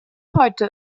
heute